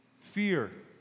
fear